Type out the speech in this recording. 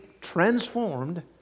transformed